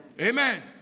Amen